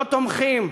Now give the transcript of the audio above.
לא תומכים,